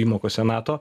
įmokose nato